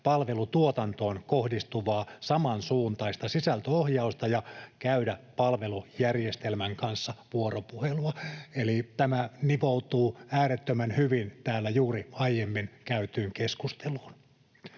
palvelutuotantoon kohdistuvaa samansuuntaista sisältöohjausta ja käydä palvelujärjestelmän kanssa vuoropuhelua. Eli tämä nivoutuu äärettömän hyvin täällä juuri aiemmin käytyyn keskusteluun.